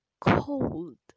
cold